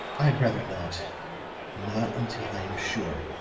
i'd rather not not until i am sure.